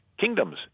kingdoms